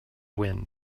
wind